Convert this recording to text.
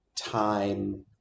time